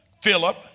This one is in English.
Philip